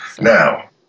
Now